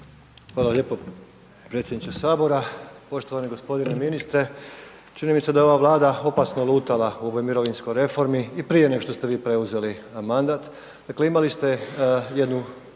Hvala lijepo predsjedniče Sabora. Poštovani gospodine ministre, čini mi se da je ova Vlada opasno lutala u ovoj mirovinskoj reformi i prije nego što ste vi preuzeli mandat. Dakle imali ste jedna